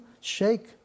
shake